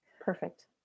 Perfect